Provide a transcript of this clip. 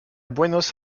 buenos